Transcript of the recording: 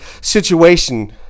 situation